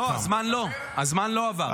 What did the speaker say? לא, הזמן לא, הזמן לא עבר.